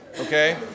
okay